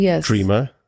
dreamer